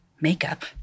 makeup